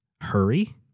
Hurry